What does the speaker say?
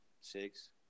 Six